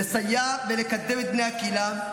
לסייע ולקדם את בני הקהילה,